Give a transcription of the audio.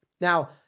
Now